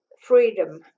freedom